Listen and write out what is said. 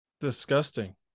Disgusting